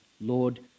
Lord